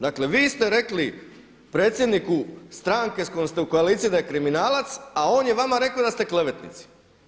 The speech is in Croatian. Dakle vi ste rekli predsjedniku stranke s kojom ste u koaliciji da je kriminalac, a on je vama rekao da ste klevetnici.